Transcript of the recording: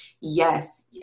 yes